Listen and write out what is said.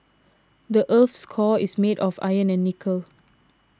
the earth's core is made of iron and nickel